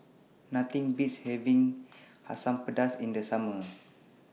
Nothing Beats having Asam Pedas in The Summer